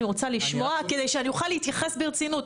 אני רוצה לשמוע כדי שאני אוכל להתייחס ברצינות.